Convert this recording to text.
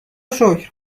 شکر